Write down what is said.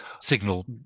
signal